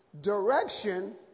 Direction